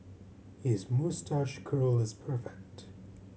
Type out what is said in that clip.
his moustache curl is perfect